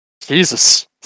Jesus